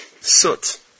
soot